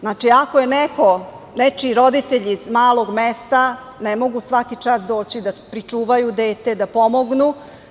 Znači, ako je nečiji roditelj iz malog mesta, ne mogu svaki čas doći da pričuvaju dete, da pomognu.